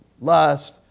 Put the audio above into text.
lust